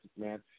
man